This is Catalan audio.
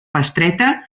bestreta